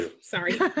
sorry